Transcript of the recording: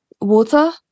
water